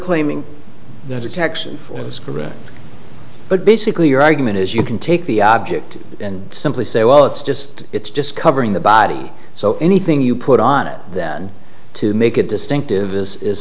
correct but basically your argument is you can take the object and simply say well it's just it's just covering the body so anything you put on it then to make it distinctive is is